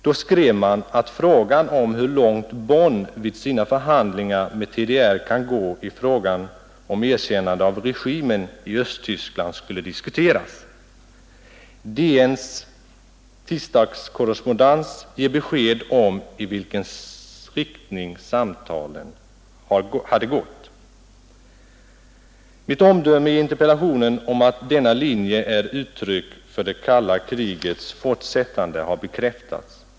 Då skrev man att frågan om hur långt Bonn vid sina förhandlingar med TDR kan gå när det gäller erkännande av regimen i Östtyskland skulle diskuteras. DN:s tisdagskorrespondens ger besked om i vilken riktning samtalen hade gått. Mitt omdöme i interpellationen, att denna linje är ett uttryck för det kalla krigets fortsättande, har bekräftats.